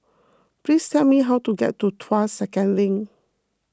please tell me how to get to Tuas Second Link